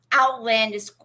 outlandish